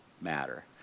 matter